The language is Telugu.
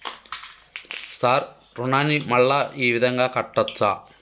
సార్ రుణాన్ని మళ్ళా ఈ విధంగా కట్టచ్చా?